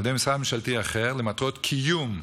ממשלתי אחר למטרות קיום,